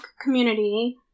community